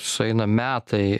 sueina metai